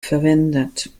verwendet